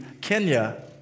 Kenya